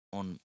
on